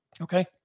okay